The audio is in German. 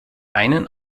einen